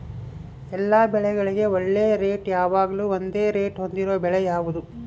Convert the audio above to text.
ಎಲ್ಲ ಬೆಳೆಗಳಿಗೆ ಒಳ್ಳೆ ರೇಟ್ ಯಾವಾಗ್ಲೂ ಒಂದೇ ರೇಟ್ ಹೊಂದಿರುವ ಬೆಳೆ ಯಾವುದು?